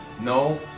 No